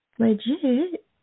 Legit